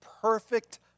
perfect